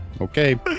Okay